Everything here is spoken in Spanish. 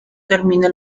terminaba